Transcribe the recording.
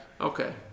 okay